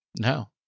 No